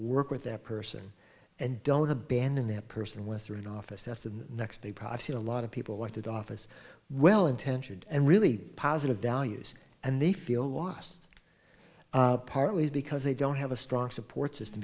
work with that person and don't abandon that person with an office that's the next they process a lot of people want to do office well intentioned and really positive values and they feel lost partly because they don't have a strong support system